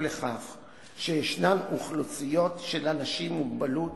לכך שיש אוכלוסיות של אנשים עם מוגבלות